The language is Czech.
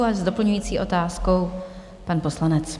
A s doplňující otázkou pan poslanec.